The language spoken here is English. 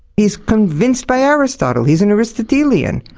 he's convinced by aristotle. he's an aristotelian.